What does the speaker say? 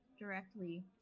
directly